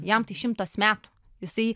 jam tai šimtas metų jisai